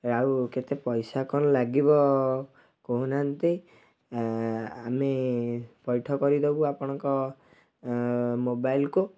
ଆଉ କେତେ ପଇସା କଣ ଲାଗିବ କହୁ ନାହାଁନ୍ତି ଆମେ ପୈଠ କରିଦବୁ ଆପଣଙ୍କ ମୋବାଇଲ୍କୁ